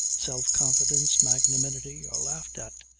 self-confidence, magnanimity are laughed at,